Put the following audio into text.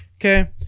Okay